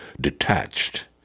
detached